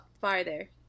farther